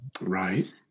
Right